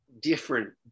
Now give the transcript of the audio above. different